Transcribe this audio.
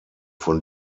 von